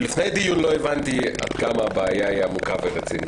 לפני הדיון לא הבנתי עד כמה הבעיה עמוקה ורצינית.